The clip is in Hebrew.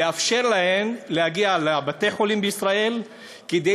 לאפשר להן להגיע לבתי-חולים בישראל כדי